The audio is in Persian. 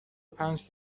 پنج